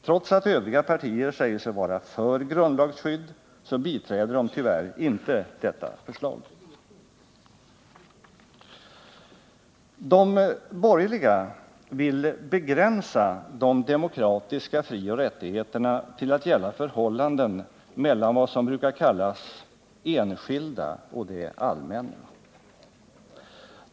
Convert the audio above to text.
Trots att de övriga partierna säger sig vara för grundlagsskydd biträder de tyvärr inte detta förslag. De borgerliga vill begränsa de demokratiska frioch rättigheterna till att gälla förhållanden mellan vad som brukar kallas enskilda och det allmänna.